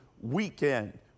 weekend